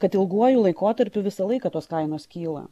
kad ilguoju laikotarpiu visą laiką tos kainos kyla